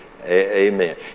Amen